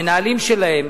המנהלים שלהם,